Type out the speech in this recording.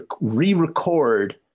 re-record